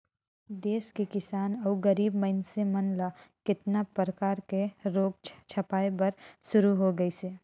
देस के किसान अउ गरीब मइनसे मन ल केतना परकर के रोग झपाए बर शुरू होय गइसे